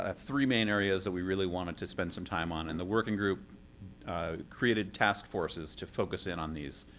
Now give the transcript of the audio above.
ah three main areas that we really wanted to spend some time on, and the working group created task forces to focus in on these.